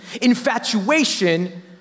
infatuation